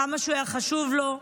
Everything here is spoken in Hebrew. כמה הוא היה חשוב לו.